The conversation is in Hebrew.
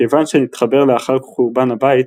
כיוון שנתחבר לאחר חורבן הבית,